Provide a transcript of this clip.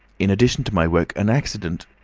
in addition to my work, an accident